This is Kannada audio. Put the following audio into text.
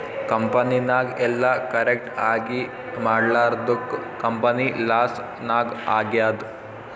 ಕಂಪನಿನಾಗ್ ಎಲ್ಲ ಕರೆಕ್ಟ್ ಆಗೀ ಮಾಡ್ಲಾರ್ದುಕ್ ಕಂಪನಿ ಲಾಸ್ ನಾಗ್ ಆಗ್ಯಾದ್